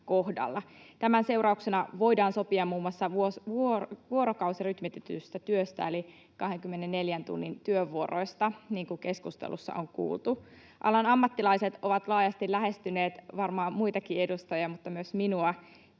Tämän seurauksena voidaan sopia muun muassa vuorokausirytmitetystä työstä eli 24 tunnin työvuoroista, niin kuin keskustelussa on kuultu. Alan ammattilaiset ovat laajasti lähestyneet varmaan muitakin edustajia — myös minua